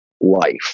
life